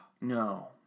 no